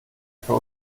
für